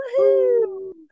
Woohoo